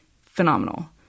phenomenal